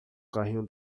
carrinho